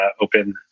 open